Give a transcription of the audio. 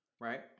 right